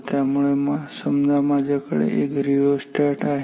त्यामुळे समजा माझ्याकडे एक रिओर्स्टॅट आहे